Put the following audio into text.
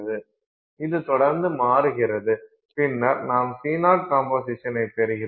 இது தொடர்ந்து மாறுகிறது பின்னர் நாம் இந்த C0 கம்போசிஷனைப் பெறுகிறோம்